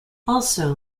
also